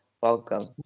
Welcome